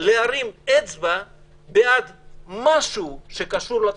להרים אצבע בעד משהו שקשור בתחלואה.